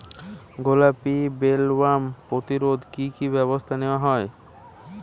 গোলাপী বোলওয়ার্ম প্রতিরোধে কী কী ব্যবস্থা নেওয়া হয়?